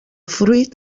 fruit